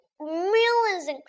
millions